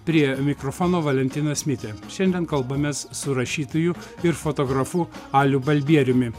prie mikrofono valentinas mitė šiandien kalbamės su rašytoju ir fotografu aliu balbieriumi